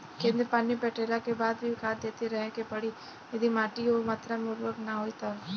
खेत मे पानी पटैला के बाद भी खाद देते रहे के पड़ी यदि माटी ओ मात्रा मे उर्वरक ना होई तब?